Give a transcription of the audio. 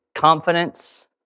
confidence